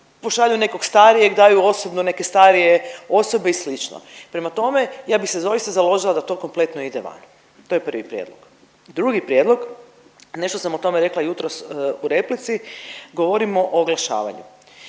pošalju nekog starijeg, daju osobnu neke starije osobe i slično. Prema tome, ja bih se doista založila da to kompletno ide van. To je prvi prijedlog. Drugi prijedlog, nešto sam o tome rekla jutros u replici, govorimo o oglašavanju.